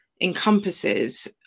encompasses